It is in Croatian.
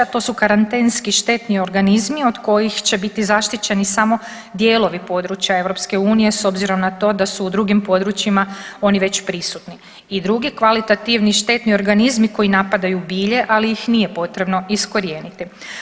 To su karantenski štetni organizmi od kojih će biti zaštićeni samo dijelovi područja EU s obzirom na to da su u drugim područjima oni već prisutni i drugi kvalitativni štetni organizmi koji napadaju bilje, ali ih nije potrebno iskorijeniti.